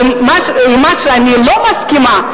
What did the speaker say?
ועם מה שאני לא מסכימה,